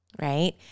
right